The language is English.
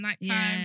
Nighttime